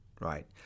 right